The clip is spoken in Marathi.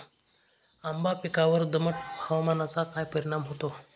आंबा पिकावर दमट हवामानाचा काय परिणाम होतो?